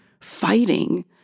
fighting